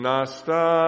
Nasta